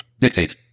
Dictate